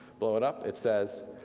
blow it up it says,